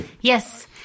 Yes